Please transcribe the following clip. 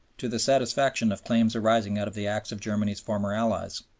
to the satisfaction of claims arising out of the acts of germany's former allies.